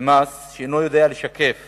במס שאינו משקף